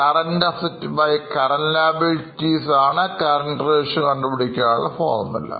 Current Assets Current Liabilitiesആണ്Current Ratio കണ്ടുപിടിക്കാനുള്ള formula